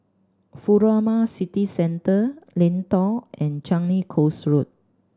Furama City Centre Lentor and Changi Coast Road